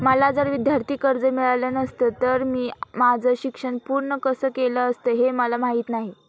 मला जर विद्यार्थी कर्ज मिळालं नसतं तर मी माझं शिक्षण पूर्ण कसं केलं असतं, हे मला माहीत नाही